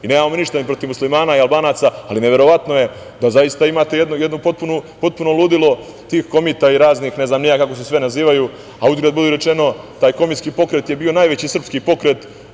Nemamo ništa ni protiv muslimana i Albanaca, ali neverovatno je da zaista imate jedno potpuno ludilo tih komita i raznih, ne znam ni ja kako se sve nazivaju, a uzgred budi rečeno taj komitski pokret je bio najveći srpski pokret.